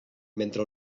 mentre